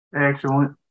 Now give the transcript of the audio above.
Excellent